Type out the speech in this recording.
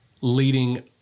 leading